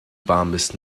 bombers